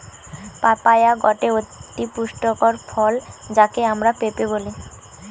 papaya গটে অতি পুষ্টিকর ফল যাকে আমরা পেঁপে বলি